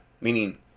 meaning